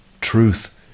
Truth